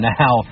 now